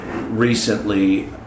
recently